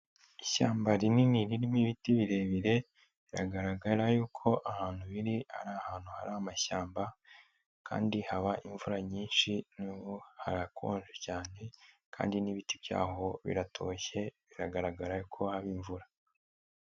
Ishyamba rinini ririmo ibiti birebire, biragaragara yuko ahantu biri ari ahantu hari amashyamba kandi haba imvura nyinshi n'ubu harakonje cyane kandi n'ibiti byaho biratoshye biragaragara ko haba imvura.